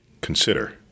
Consider